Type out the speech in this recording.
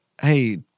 hey